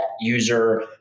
user